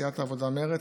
סיעת העבודה-מרצ,